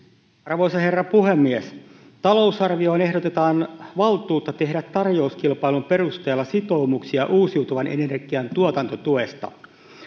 arvoisa herra puhemies talousarvioon ehdotetaan valtuutta tehdä tarjouskilpailun perusteella sitoumuksia uusiutuvan energian tuotantotuesta